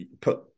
put